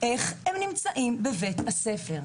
נמצאים בבית הספר?